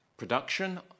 production